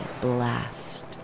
blast